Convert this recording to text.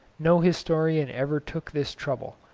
no historian ever took this trouble,